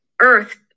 earth